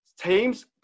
teams